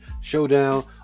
Showdown